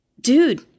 dude